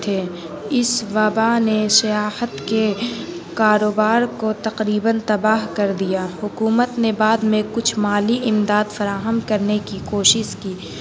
تھے اس وبا نے سیاحت کے کاروبار کو تقریباً تباہ کر دیا حکومت نے بعد میں کچھ مالی امداد فراہم کرنے کی کوشش کی